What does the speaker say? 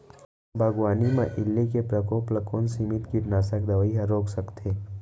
बागवानी म इल्ली के प्रकोप ल कोन सीमित कीटनाशक दवई ह रोक सकथे?